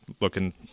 looking